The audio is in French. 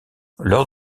lors